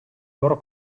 loro